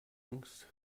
angst